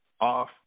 off